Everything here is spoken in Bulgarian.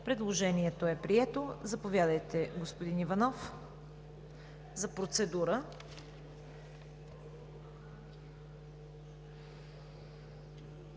Предложението е прието. Заповядайте, господин Иванов за процедура.